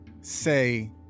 say